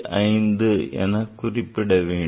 5 எனக் குறிப்பிட வேண்டும்